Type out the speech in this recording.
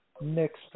next